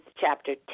chapter